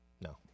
No